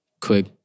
quick